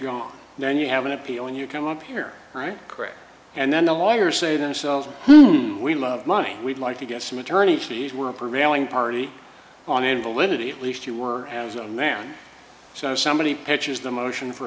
and then you have an appeal and you come up here correct and then the lawyers say themselves we love money we'd like to get some attorney fees were prevailing party on invalidity at least you were as a man so somebody pitches the motion for